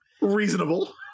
reasonable